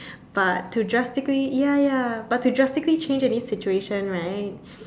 but to drastically ya ya but to drastically change any situation right